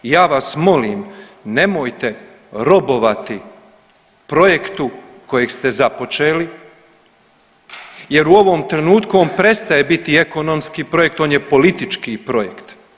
Ja vas molim nemojte robovati projektu kojeg ste započeli jer u ovom trenutku on prestaje biti ekonomski projekt, on je politički projekt.